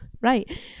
right